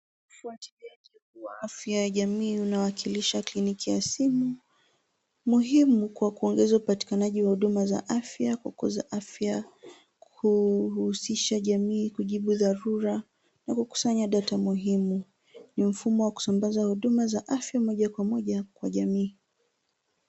Ufuatiliaji wa afya ya jamii unawakilisha kliniki ya simu muhimu, kwa kuongeza upatikanaji wa hudumu za afya, kukuza afya, kuhusisha jamii, kujibu tharura na kukusanya data muhimu. Ni mfumo wa kusambaza huduma za afya moja kwa moja kwa jamii.